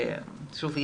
ושוב,